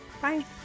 bye